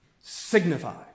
signify